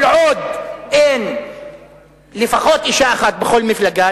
כל עוד אין לפחות אשה אחת בכל מפלגה,